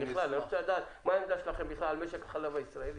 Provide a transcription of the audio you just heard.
אני רוצה לדעת מה העמדה שלכם על משק החלב הישראלי.